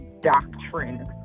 doctrine